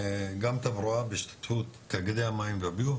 גם תברואה בהשתתפות תאגידי המים והביוב,